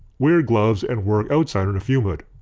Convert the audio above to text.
wear gloves and work outside or in a fume hood.